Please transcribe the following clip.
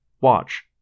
Watch